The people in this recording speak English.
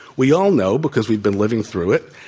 we all know, because we've been living through it,